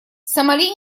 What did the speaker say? сомали